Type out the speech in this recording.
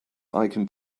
icon